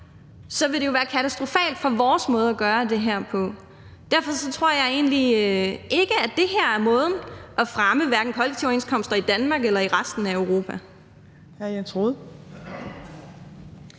vil det jo være katastrofalt for vores måde at gøre det her på. Derfor tror jeg egentlig ikke, at det her er måden at fremme kollektive overenskomster på, hverken i Danmark eller i resten af Europa.